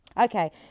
okay